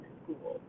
school